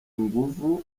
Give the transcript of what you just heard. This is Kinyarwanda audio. inguvu